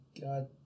god